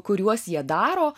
kuriuos jie daro